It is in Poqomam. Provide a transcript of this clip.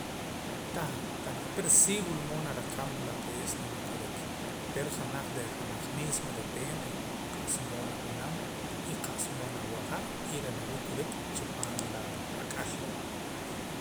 Tah tanaqa pero si wila mood naraqam lo ke es mawii' kurik pero reh reh janaj mismo depende qa'sa mood nab'anam y qa'sa mood nawaja y reh nawii' kurik chipaam la ak'al loo'